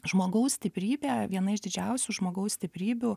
žmogaus stiprybė viena iš didžiausių žmogaus stiprybių